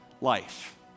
life